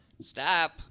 stop